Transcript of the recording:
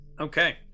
Okay